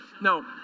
No